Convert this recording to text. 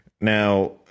Now